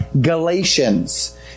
Galatians